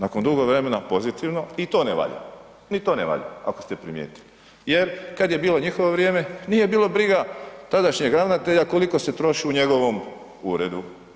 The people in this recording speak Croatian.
Nakon dugo vremena pozitivno i to ne valja, ni tone valja ako ste primijetili jer kada je bilo njihovo vrijeme nije bilo briga tadašnjeg ravnatelja koliko se troši u njegovom uredu.